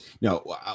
No